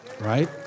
right